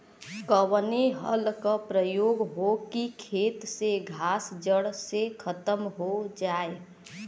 कवने हल क प्रयोग हो कि खेत से घास जड़ से खतम हो जाए?